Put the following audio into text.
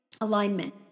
alignment